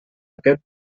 aquest